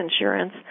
insurance